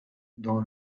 dans